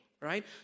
right